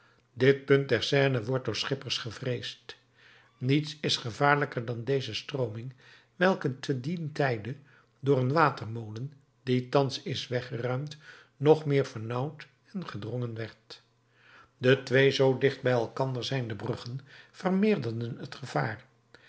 dit punt der seine wordt door schippers gevreesd niets is gevaarlijker dan deze strooming welke te dien tijde door een watermolen die thans is weggeruimd nog meer vernauwd en gedrongen werd de twee zoo dicht bij elkander zijnde bruggen vermeerderen het gevaar